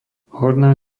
horná